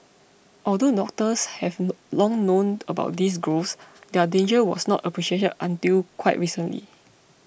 although doctors have long known about these growths their danger was not appreciated until quite recently